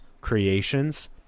creations